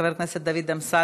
חבר הכנסת דוד אמסלם,